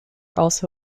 also